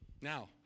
Now